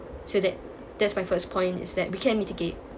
so that that's my first point is that we can mitigate